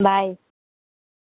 bye